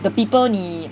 the people 你